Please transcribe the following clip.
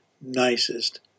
nicest